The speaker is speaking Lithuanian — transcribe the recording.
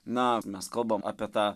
na mes kalbam apie tą